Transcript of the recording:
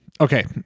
Okay